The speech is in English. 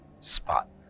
spot